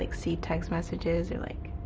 like see text messages or like,